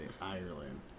Ireland